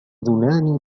أذنان